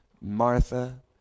Martha